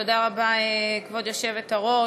תודה רבה, כבוד היושבת-ראש.